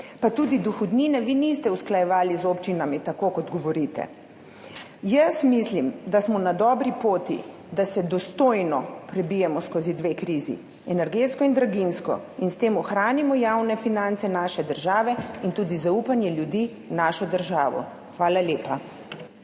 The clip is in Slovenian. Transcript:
Pa tudi dohodnine vi niste usklajevali z občinami, tako kot govorite. Jaz mislim, da smo na dobri poti, da se dostojno prebijemo skozi dve krizi, energetsko in draginjsko in s tem ohranimo javne finance naše države in tudi zaupanje ljudi v našo državo. Hvala lepa.